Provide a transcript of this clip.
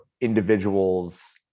individuals